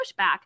pushback